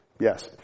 yes